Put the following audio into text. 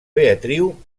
beatriu